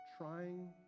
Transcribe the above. trying